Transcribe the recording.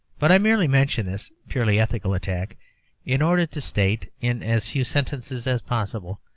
but i merely mention this purely ethical attack in order to state, in as few sentences as possible,